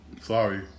Sorry